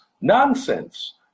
nonsense